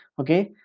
okay